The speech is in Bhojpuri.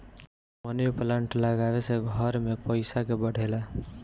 मनी पलांट लागवे से घर में पईसा के बढ़ेला